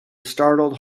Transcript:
startled